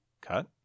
cut